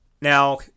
Now